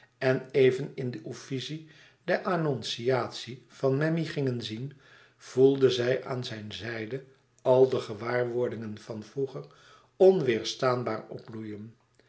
en even in de uffizie de annonciatie van memmi gingen zien voelde zij aan zijn zijde als de gewaarwordingen van vroeger onweêrstaanbaar opbloeien